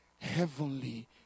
heavenly